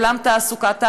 עולם תעסוקת המחר,